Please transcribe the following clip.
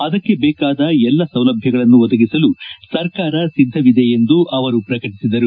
ಅದಕ್ಕೆ ದೇಕಾದ ಎಲ್ಲ ಸೌಲಭ್ಯಗಳನ್ನು ಒದಗಿಸಲು ಸರಕಾರ ಸಿದ್ದವಿದೆ ಎಂದು ಅವರು ಪ್ರಕಟಿಸಿದರು